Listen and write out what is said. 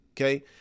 Okay